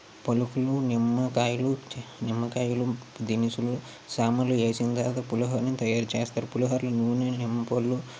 పలుకులు నిమ్మకాయలు నిమ్మకాయలు దినిసులు సామానులు వేసిన తర్వాత పులిహొరను తయారు చేస్తారు పులిహోరాలో నూనె నిమ్మపళ్ళు